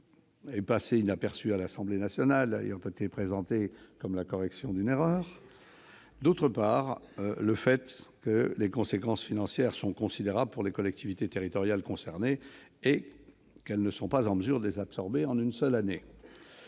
était passé inaperçu à l'Assemblée nationale, ayant été présenté comme la « correction d'une erreur ». D'autre part, les conséquences financières sont considérables pour les collectivités territoriales concernées, qui ne sont pas en mesure de les absorber en une seule année.